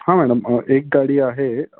हां मॅडम एक गाडी आहे